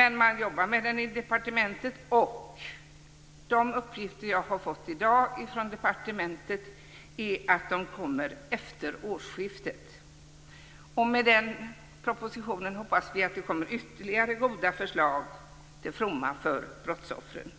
Men man jobbar med detta på departementet, och enligt de uppgifter jag har fått i dag därifrån kommer förslag efter årsskiftet. Med den propositionen hoppas vi att det kommer ytterligare goda förslag till fromma för brottsoffren.